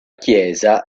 chiesa